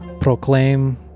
Proclaim